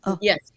Yes